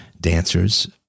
Dancers